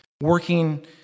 working